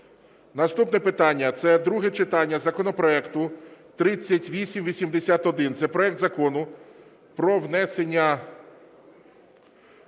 Наступне питання – це друге читання по законопроекту 3881. Це проект Закону про внесення